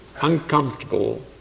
uncomfortable